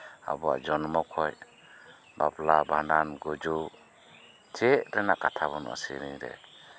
ᱟᱵᱚᱣᱟᱜ ᱡᱚᱱᱢᱚ ᱠᱷᱚᱱ ᱵᱟᱯᱞᱟ ᱵᱷᱟᱸᱰᱟᱱ ᱜᱚᱡᱩᱜ ᱪᱮᱫ ᱨᱮᱭᱟᱜ ᱠᱟᱛᱷᱟ ᱵᱟᱹᱱᱩᱜᱼᱟ ᱥᱮᱹᱨᱮᱹᱧ ᱨᱮ